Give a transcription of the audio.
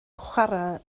chwarae